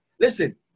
Listen